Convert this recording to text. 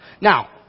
Now